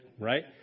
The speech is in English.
Right